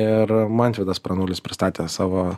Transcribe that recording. ir mantvydas pranulis pristatė savo